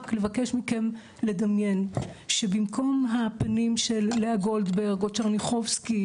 לבקש מכם לדמיין שבמקום הפנים של לאה גולדברג או טשרניחובסקי